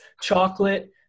chocolate